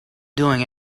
doing